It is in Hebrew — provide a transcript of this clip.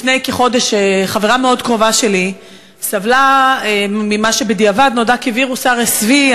לפני כחודש חברה מאוד קרובה שלי סבלה ממה שבדיעבד נודע כווירוס RSV,